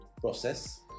process